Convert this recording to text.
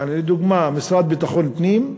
יעני, לדוגמה, המשרד לביטחון פנים,